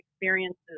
experiences